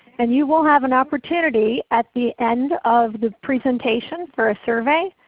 and you will have an opportunity at the end of the presentation for a survey.